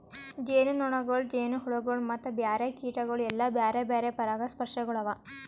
ಜೇನುನೊಣಗೊಳ್, ಜೇನುಹುಳಗೊಳ್ ಮತ್ತ ಬ್ಯಾರೆ ಕೀಟಗೊಳ್ ಎಲ್ಲಾ ಬ್ಯಾರೆ ಬ್ಯಾರೆ ಪರಾಗಸ್ಪರ್ಶಕಗೊಳ್ ಅವಾ